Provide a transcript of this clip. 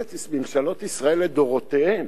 ממשלות ישראל לדורותיהן